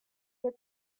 had